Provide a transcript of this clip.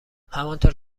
همانطور